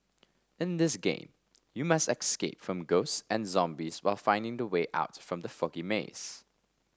in this game you must escape from ghosts and zombies while finding the way out from the foggy maze